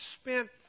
spent